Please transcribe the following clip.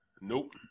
nope